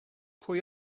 pwy